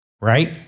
Right